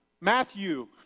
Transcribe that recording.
Matthew